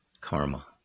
karma